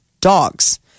dogs